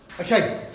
Okay